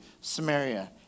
Samaria